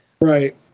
Right